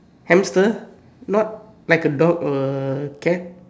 hamster not like a dog or a cat